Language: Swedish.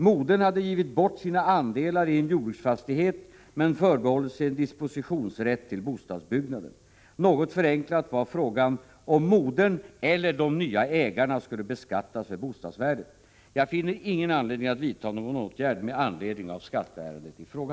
Modern hade givit bort sina andelar i en jordbruksfastighet men förbehållit sig en dispositionsrätt till bostadsbyggnaden. Något förenklat var frågan om modern eller de nya ägarna skulle beskattas för bostadsvärdet. Jag finner ingen anledning att vidta någon åtgärd med anledning av skatteärendet i fråga.